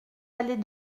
allée